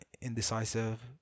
indecisive